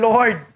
Lord